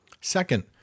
Second